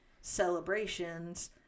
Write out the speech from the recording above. celebrations